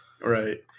Right